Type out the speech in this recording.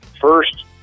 first